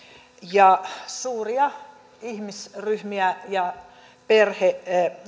ja suuria ihmisryhmiä ja